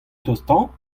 tostañ